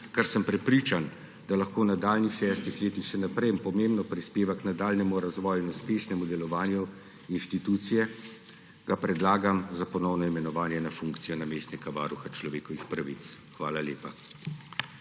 Ker sem prepričan, da lahko v nadaljnjih šestih letih še naprej in pomembno prispeva k nadaljnjemu razvoju in uspešnemu delovanju inštitucije, ga predlagam za ponovne imenovanje na funkcijo namestnika varuha človekovih pravic. Hvala lepa.